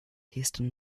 hasten